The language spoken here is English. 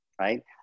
right